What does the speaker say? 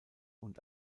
und